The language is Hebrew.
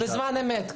בזמן אמת.